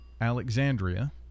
alexandria